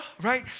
right